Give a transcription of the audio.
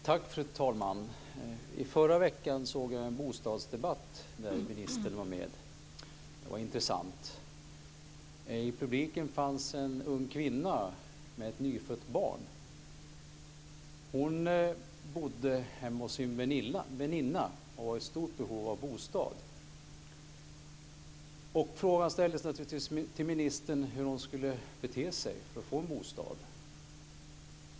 Fru talman! I förra veckan lyssnade jag på en bostadsdebatt där ministern deltog, och den var intressant. I publiken fanns en ung kvinna med ett nyfött barn. Hon bodde hemma hos en väninna och var i stort behov av en bostad. Hon ställde till ministern frågan hur hon skulle bete sig för att få en bostad.